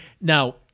Now